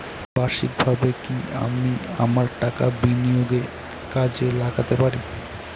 বার্ষিকভাবে কি আমি আমার টাকা বিনিয়োগে কাজে লাগাতে পারি?